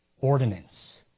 ordinance